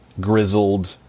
grizzled